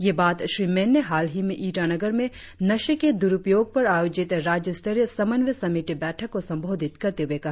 ये बात श्री मेन ने हालही में ईटानगर में नशे के दुरुपयोग पर आयोजित राज्य स्तरीय समन्वय समिति बैठक को संबोधित करते हुए कहा